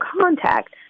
contact